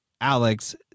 Alex